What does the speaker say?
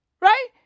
right